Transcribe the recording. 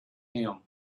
him